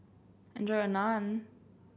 enjoy your Naan